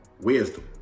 wisdom